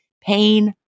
pain